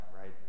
right